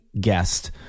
guest